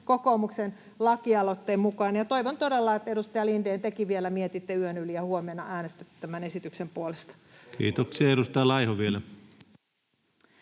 kokoomuksen lakialoitteen mukainen. Toivon todella, edustaja Lindén, että tekin vielä mietitte yön yli ja huomenna äänestätte tämän esityksen puolesta. [Aki Lindénin